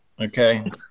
Okay